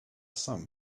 some